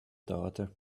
daughter